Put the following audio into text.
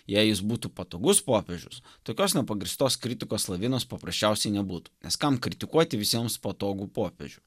jei jis būtų patogus popiežius tokios nepagrįstos kritikos lavinos paprasčiausiai nebūtų nes kam kritikuoti visiems patogų popiežių